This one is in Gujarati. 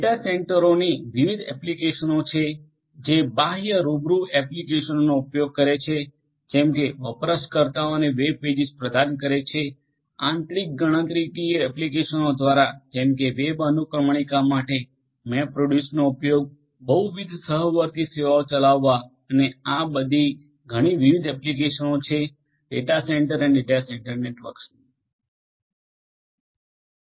ડેટા સેન્ટરોની વિવિધ એપ્લિકેશનો છે જે બાહ્ય રૂબરૂ એપ્લિકેશનનો ઉપયોગ કરે છે જેમ કે વપરાશકર્તાઓને વેબ પેજીસ પ્રદાન કરે છે આંતરિક ગણતરીકીય એપ્લિકેશનો દ્વારા જેમ કે વેબ અનુક્રમણિકા માટે મેપરિડયુસનો ઉપયોગ બહુવિધ સહવર્તી સેવાઓ ચલાવવા અને આ ઘણી બધી વિવિધ એપ્લિકેશનો છે ડેટા સેન્ટર અને ડેટા સેન્ટર નેટવર્કની